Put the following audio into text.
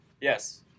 Yes